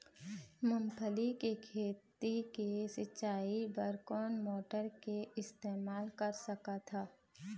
मूंगफली के खेती के सिचाई बर कोन मोटर के इस्तेमाल कर सकत ह?